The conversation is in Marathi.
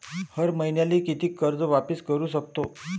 हर मईन्याले कितीक कर्ज वापिस करू सकतो?